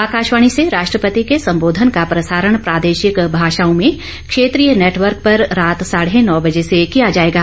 आकाशवाणी से राष्ट्रपति के संबोधन का प्रसारण प्रादेशिक भाषाओं में क्षेत्रीय नेटवर्क पर रात साढ़े नौ बजे से किया जायेगा